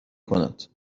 کند